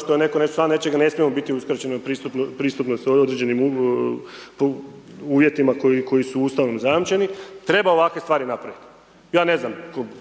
što je neko član nečeg ne smije biti uskraćen u pristupnosti određenim uvjetima koji su Ustavom zajamčeni. Treba ovakve stvari napravit. Ja ne znam